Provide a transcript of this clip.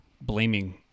blaming